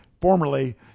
formerly